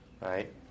right